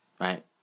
right